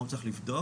מה הוא צריך לבדוק